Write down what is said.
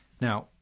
Now